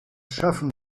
schaffen